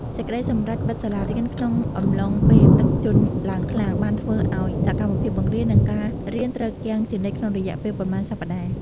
សេចក្តីសម្រេចបិទសាលារៀនក្នុងអំឡុងពេលទឹកជន់ឡើងខ្លាំង បានធ្វើឱ្យសកម្មភាពបង្រៀន និង ការរៀនត្រូវគាំងជានិច្ចក្នុងរយៈពេលប៉ុន្មានសប្តាហ៍។